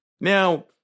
Now